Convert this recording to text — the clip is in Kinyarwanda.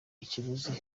ikiguzi